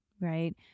right